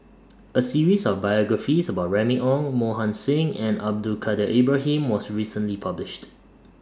A series of biographies about Remy Ong Mohan Singh and Abdul Kadir Ibrahim was recently published